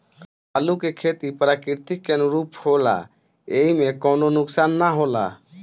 आलू के खेती प्रकृति के अनुरूप होला एइमे कवनो नुकसान ना होला